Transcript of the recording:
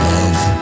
Love